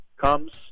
comes